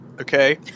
okay